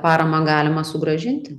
paramą galima sugrąžinti